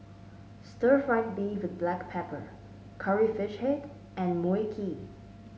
Stir Fried Beef with Black Pepper Curry Fish Head and Mui Kee